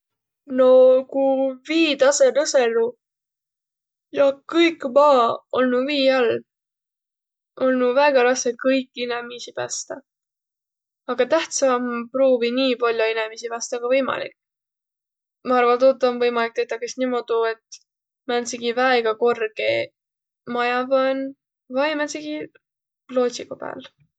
No ku viitasõ nõsõnuq ja kõik maa olnuq vii all, olnuq väega rassõ kõiki inemiisi pästäq, aga tähtsä om nii pall'o inemiisi pästäq, ku võimalik. Ma arva, tuud om võimalik tetäq kas niimuudu, et määntsegi väega korgõ maja man vai määntsegi loodsigu pääl.